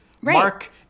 Mark